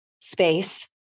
space